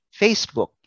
Facebook